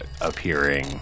appearing